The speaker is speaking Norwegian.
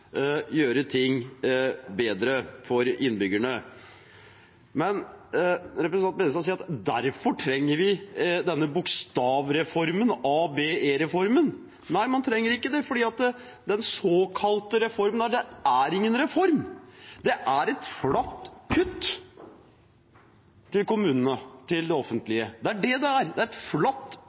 gjøre ting bedre for innbyggerne. Men representanten Tveiten Benestad sier at derfor trenger vi denne bokstavreformen, ABE-reformen. Nei, man trenger ikke det, for den såkalte reformen er ingen reform. Det er et flatt kutt til kommunene, til det offentlige. Det er det det er. Det er et